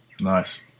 Nice